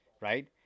right